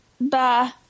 Bye